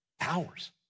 Hours